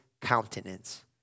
countenance